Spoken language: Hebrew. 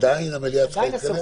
עדיין המליאה צריכה להתכנס?